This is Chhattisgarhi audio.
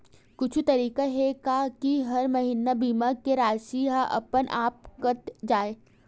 कुछु तरीका हे का कि हर महीना बीमा के राशि हा अपन आप कत जाय?